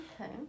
okay